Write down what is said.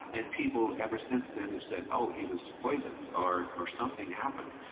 and people ever since then have said, oh, he was poisoned, or or something happened.